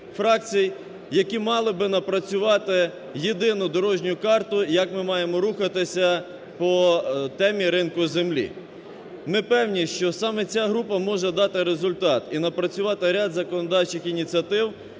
які мали би напрацювати єдину дорожню карту, як ми маємо рухатися по темі ринку землі. Ми певні, що саме ця група може дати результат і напрацювати ряд законодавчих ініціатив,